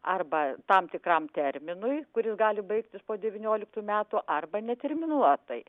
arba tam tikram terminui kuris gali baigtis po devynioliktų metų arba neterminuotai